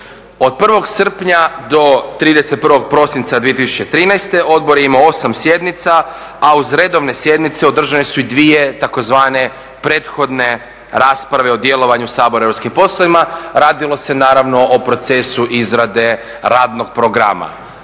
Od 1. srpnja do 31. prosinca 2013. odbor je imao 8 sjednica, a uz redovne sjednice održane su i 2 tzv. prethodne rasprave o djelovanju Sabora u europskim poslovima. Radilo se naravno o procesu izrade radnog programa.